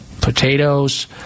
potatoes